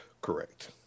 Correct